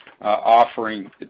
offering